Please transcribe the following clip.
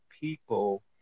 people